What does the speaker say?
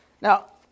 Now